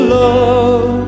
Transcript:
love